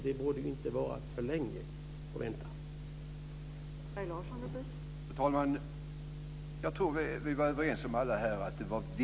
Det borde inte vara för lång tid att vänta till dess.